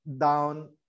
down